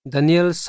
Daniel